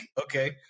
okay